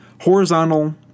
Horizontal